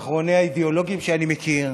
מאחרוני האידיאולוגים שאני מכיר.